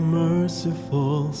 merciful